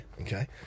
okay